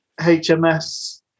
HMS